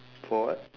for what